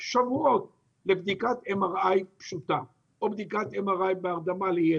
שבועות לבדיקת MRI פשוטה או בדיקת MRI בהרדמה לילד?